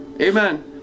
Amen